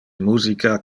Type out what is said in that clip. musica